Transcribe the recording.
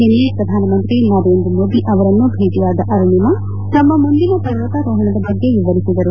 ನಿನ್ನೆ ಪ್ರಧಾನಮಂತ್ರಿ ನರೇಂದ್ರ ಮೋದಿ ಅವರನ್ನು ಭೇಟಿಯಾದ ಅರುಣಿಮಾ ತಮ್ಮ ಮುಂದಿನ ಪರ್ವತಾರೋಹಣ ಬಗ್ಗೆ ವಿವರಿಸಿದರು